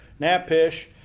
Napish